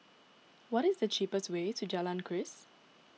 what is the cheapest way to Jalan Keris